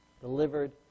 delivered